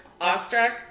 awestruck